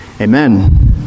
Amen